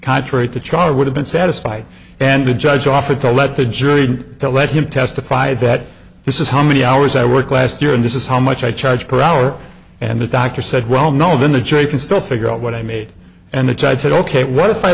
contrary to trial would have been satisfied and the judge offered to let the jury let him testify that this is how many hours i work last year and this is how much i charge per hour and the doctor said well no then the jury can still figure out what i made and the judge said ok what if i